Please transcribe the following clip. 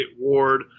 Ward